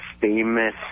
famous